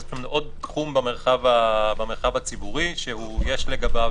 זה עוד תחום במרחב הציבורי שיש לגביו